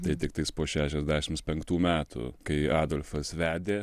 tai tiktai po šešiasdešimt penktų metų kai adolfas vedė